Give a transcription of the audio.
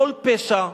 בכל פשע.